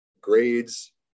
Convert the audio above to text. grades